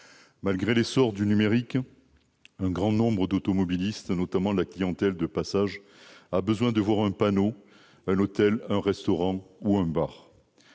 Malgré l'essor du numérique, un grand nombre d'automobilistes, en particulier la clientèle de passage, a besoin de voir un panneau indiquant un hôtel, un restaurant ou un bar.